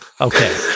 Okay